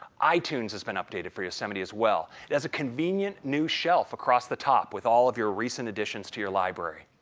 itunes has been updated for yosemite as well. it has a convenient new shelf across the top with all of your recent additions to your library.